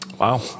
wow